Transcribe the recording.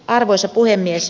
arvoisa puhemies